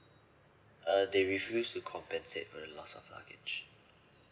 uh they refuse to compensate for the loss of luggage